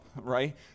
right